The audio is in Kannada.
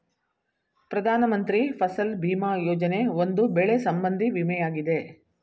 ಪ್ರಧಾನ ಮಂತ್ರಿ ಫಸಲ್ ಭೀಮಾ ಯೋಜನೆ, ಒಂದು ಬೆಳೆ ಸಂಬಂಧಿ ವಿಮೆಯಾಗಿದೆ